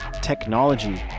technology